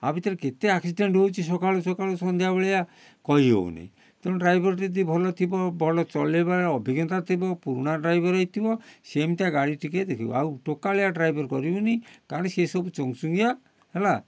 ଆ ଭିତରେ କେତେ ଆକ୍ସିଡେଣ୍ଟ୍ ହେଉଛି ସକାଳୁ ସକାଳୁ ସନ୍ଧ୍ୟା ବେଳିଆ କହି ହେଉନାଇଁ ତେଣୁ ଡ୍ରାଇଭର୍ ଯଦି ଭଲ ଥିବ ଭଲ ଚଲେଇବାରେ ଅଭିଜ୍ଞତା ଥିବ ପୁରୁଣା ଡ୍ରାଇଭର୍ ହେଇଥିବ ସେମିତିଆ ଗାଡ଼ି ଟିକେ ଦେଖିବ ଆଉ ଟୋକାଳିଆ ଡ୍ରାଇଭର୍ କରିବୁନି କାରଣ ସେ ସବୁ ଚୁଙ୍ଗୁଚୁଙ୍ଗିଆ ହେଲା